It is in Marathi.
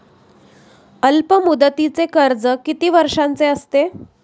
अल्पमुदतीचे कर्ज किती वर्षांचे असते?